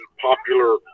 popular